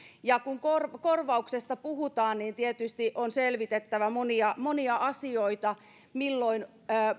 ja kun korvauksesta puhutaan niin tietysti on selvitettävä monia monia asioita esimerkiksi milloin